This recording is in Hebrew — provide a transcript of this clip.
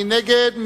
מי נגד?